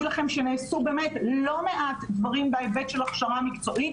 לכם שנעשו באמת לא מעט דברים בהיבט של הכשרה מקצועית,